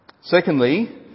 Secondly